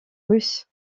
russe